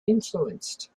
influenced